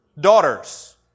daughters